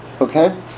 okay